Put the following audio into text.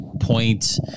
point